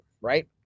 right